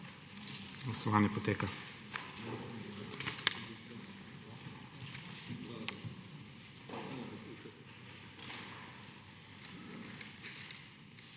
Hvala.